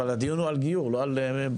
אבל הדיון הוא על גיור לא על בריתות.